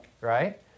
right